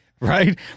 right